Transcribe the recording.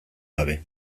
gabe